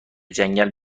جنگل